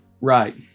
Right